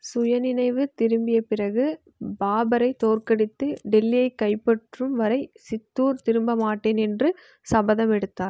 சுயநினைவு திரும்பிய பிறகு பாபரை தோற்கடித்து டெல்லியை கைப்பற்றும் வரை சித்தூர் திரும்ப மாட்டேன் என்று சபதம் எடுத்தார்